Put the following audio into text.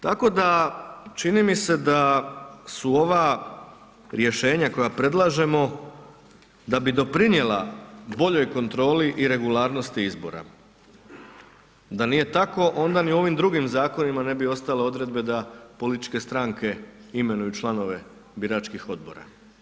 Tako da čini mi se da su ova rješenja koja predlažemo da bi doprinjela boljoj kontroli i regularnosti izbora, da nije tako onda ni u ovim drugim zakonima ne bi ostale odredbe da političke stranke imenuju članove biračkih odbora.